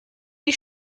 die